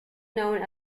known